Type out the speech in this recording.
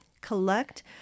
collect